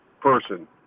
person